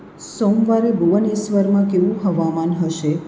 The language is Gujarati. સોમવારે ભુવનેશ્વરમાં કેવું હવામાન હશે